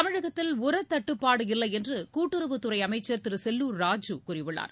தமிழகத்தில் உரத்தட்டுப்பாடு இல்லை என்று கூட்டுறவுத்துறை அமைச்சர் திரு செல்லூர் ராஜு கூறியுள்ளார்